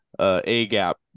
A-gap